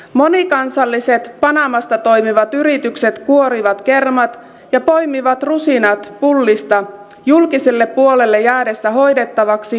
monikansalliset panamasta toimivat yritykset kuorivat kermat ja poimivat rusinat pullista julkiselle puolelle jäädessä hoidettavaksi tuottamattomat tehtävät